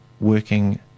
working